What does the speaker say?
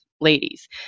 ladies